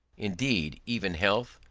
indeed, even health,